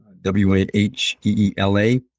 w-a-h-e-e-l-a